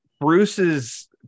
Bruce's